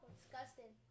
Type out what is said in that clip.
Disgusting